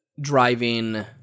driving